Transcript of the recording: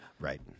Right